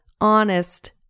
honest